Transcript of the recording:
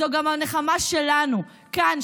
זאת גם הנחמה שלנו כאן,